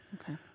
Okay